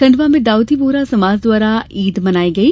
खंडवा में दाऊदी बोहरा समाज द्वारा ईद मनाई गई